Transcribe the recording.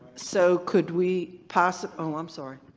so could we possibly. oh, i'm sorry.